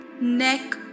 neck